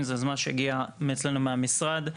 זאת יוזמה שהגיעה מאצלנו מהמשרד.